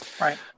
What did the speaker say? Right